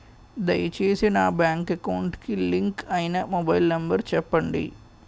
దయచేసి నా bank account కి లింక్ అయినా మొబైల్ నంబర్ చెప్పండి